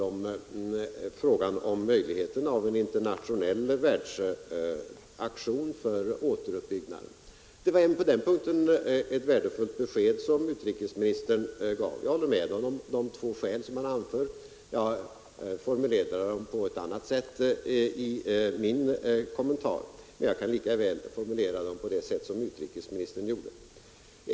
Jag håller med honom beträffande de 28 november 1972 två skäl som han anför. Jag formulerade dem på ett annat sätt i min — Till sist några ord om frågan om möjligheterna av en internationell världsaktion för återuppbyggnaden. Det var på den punkten ett värdefullt kommentar, men jag kan lika väl formulera dem på det sätt som utrikesministern gjorde.